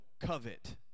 covet